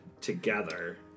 together